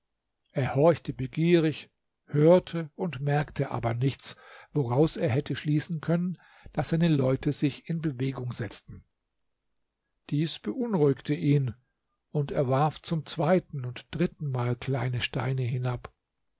er horchte begierig hörte und merkte aber nichts woraus er hätte schließen könnten daß seine leute sich in bewegung setzten dies beunruhigte ihn und er warf zum zweiten und dritten mal kleine steine hinab